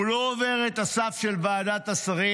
הוא לא עובר את הסף של ועדת השרים.